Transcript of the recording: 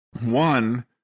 one